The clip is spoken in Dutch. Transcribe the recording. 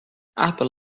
apen